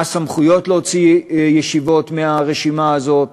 מה הסמכויות להוציא ישיבות מהרשימה הזאת?